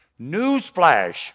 newsflash